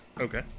Okay